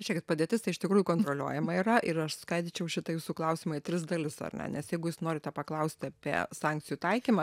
žiūrėkit padėtis tai iš tikrųjų kontroliuojama yra ir aš skaidyčiau šitą jūsų klausimą į tris dalis ar ne nes jeigu jūs norite paklausti apie sankcijų taikymą